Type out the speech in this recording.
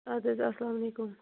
ادٕ حَظ اسلامُ علیکُم